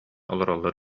олороллор